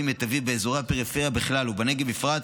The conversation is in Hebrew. מיטבית באזורי הפריפריה בכלל ובנגב בפרט,